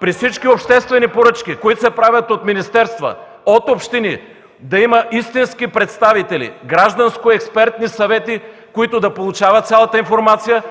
при всички обществени поръчки, които се правят от министерства, от общини, да има истински представители, гражданско-експертни съвети, които да получават цялата информация,